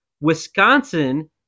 Wisconsin